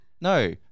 No